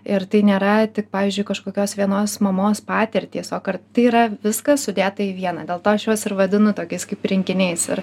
ir tai nėra tik pavyzdžiui kažkokios vienos mamos patirtys o kart tai yra viskas sudėta į vieną dėl to aš juos ir vadinu tokiais kaip rinkiniais ir